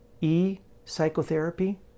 e-psychotherapy